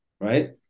Right